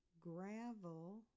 Gravel